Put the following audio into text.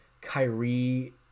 Kyrie